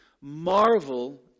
marvel